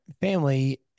family